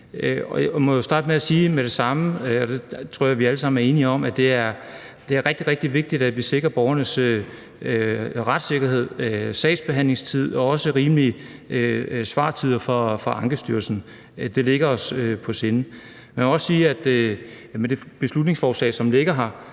Jeg må starte med at sige, og det tror jeg vi alle sammen enige om, at det er rigtig, rigtig vigtigt, at vi sikrer borgernes retssikkerhed, den rette sagsbehandlingstid og også rimelige svartider fra Ankestyrelsen. Det ligger os på sinde. Men jeg må også sige, at med det beslutningsforslag, der ligger her,